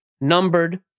numbered